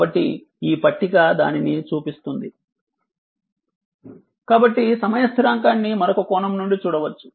కాబట్టి ఈ పట్టిక దానిని చూపిస్తుంది కాబట్టి సమయ స్థిరాంకాన్ని మరొక కోణం నుండి చూడవచ్చు